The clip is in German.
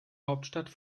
hauptstadt